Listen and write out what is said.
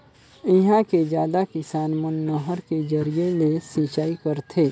इहां के जादा किसान मन नहर के जरिए ले सिंचई करथे